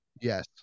yes